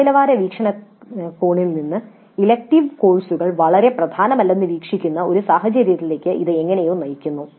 ഗുണനിലവാര വീക്ഷണകോണിൽ നിന്ന് ഇലക്ടീവ് കോഴ്സുകൾ വളരെ പ്രധാനമല്ലെന്ന് വീക്ഷിക്കുന്ന ഒരു സാഹചര്യത്തിലേക്ക് ഇത് എങ്ങനെയോ നയിക്കുന്നു